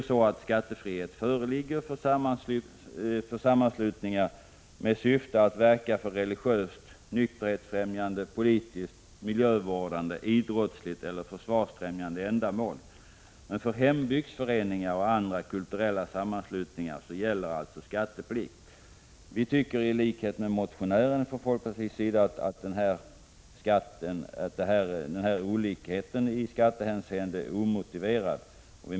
Skattefrihet föreligger för sammanslutningar med syfte att verka för religiöst, nykterhetsfrämjande, politiskt, miljövårdande, idrottsligt eller försvarsfrämjande ändamål. För hembygdsföreningar och andra kulturella sammanslutningar gäller alltså skatteplikt. Vi i folkpartiet tycker i likhet med motionären att den här olikheten i skattehänseende är omotiverad.